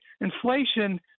inflation